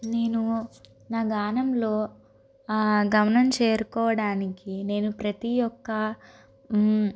నేను నా గానంలో గమనం చేరుకోవడానికి నేను ప్రతి ఒక్క